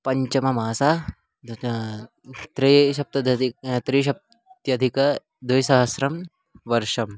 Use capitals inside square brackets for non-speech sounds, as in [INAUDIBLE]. पञ्चममासः [UNINTELLIGIBLE] त्रीणि सप्त अधिकः द्विसहस्रं वर्षः